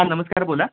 हां नमस्कार बोला